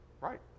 Right